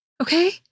Okay